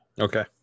Okay